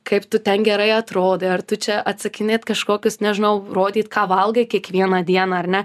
kaip tu ten gerai atrodai ar tu čia atsakinėt kažkokius nežinau rodyt ką valgai kiekvieną dieną ar ne